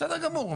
בסדר גמור.